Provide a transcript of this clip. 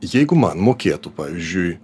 jeigu man mokėtų pavyzdžiui